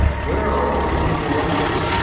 where are all these people running to?